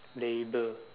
label